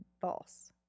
false